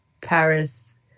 Paris